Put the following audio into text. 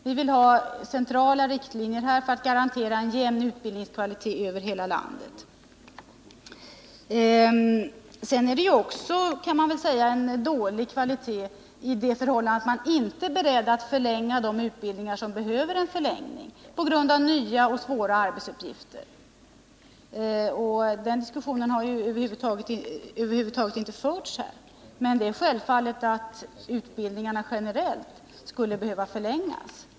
Vi vill här ha centrala riktlinjer för att garantera en jämn utbildningskvalitet över hela landet. Sedan kan man väl också säga att det medför en dålig kvalitet när man inte är beredd att förlänga de utbildningar som behöver förlängas på grund av nya och svåra arbetsuppgifter. Den diskussionen har ju över huvud taget inte förts här, men det är självklart att utbildningarna generellt skulle behöva förlängas.